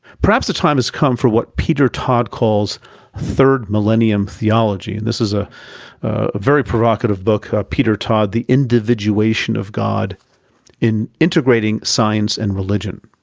perhaps the time has come for what peter todd calls third millennium theology, and this is a very provocative book, peter todd, the individuation of god in integrating science and religion,